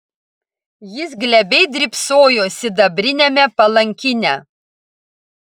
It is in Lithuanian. jis glebiai drybsojo sidabriniame palankine